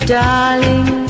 darling